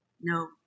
No